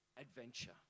adventure